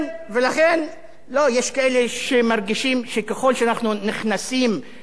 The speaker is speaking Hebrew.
יש כאלה שמרגישים שככל שאנחנו נכנסים למרחב שלכם,